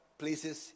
places